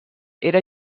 era